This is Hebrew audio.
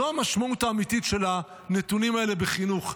זו המשמעות האמיתית של הנתונים האלה בחינוך.